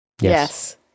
yes